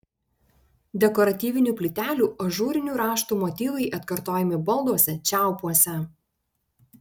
dekoratyvinių plytelių ažūrinių raštų motyvai atkartojami balduose čiaupuose